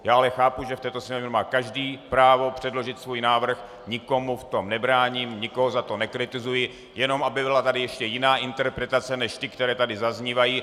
Já ale chápu, že v této sněmovně má každý právo předložit svůj návrh, nikomu v tom nebráním, nikoho za to nekritizuji, jenom aby tady byla ještě jiná interpretace než ty, které tady zaznívají.